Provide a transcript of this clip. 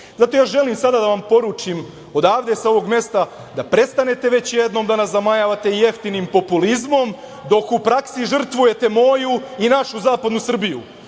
zato ja želim sada da vam poručim odavde sa ovog mesta da prestanete već jednom da nas zamajavate jeftinim populizmom, dok u praksi žrtvujete moju i našu zapadnu Srbiju.